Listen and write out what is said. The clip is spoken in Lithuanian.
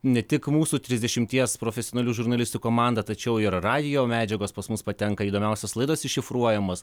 ne tik mūsų trisdešimties profesionalių žurnalistų komanda tačiau ir radijo medžiagos pas mus patenka įdomiausios laidos iššifruojamos